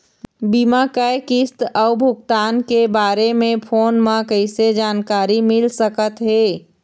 बीमा के किस्त अऊ भुगतान के बारे मे फोन म कइसे जानकारी मिल सकत हे?